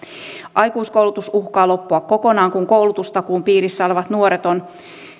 aikuiskoulutus uhkaa loppua kokonaan kun koulutustakuun piirissä olevat nuoret on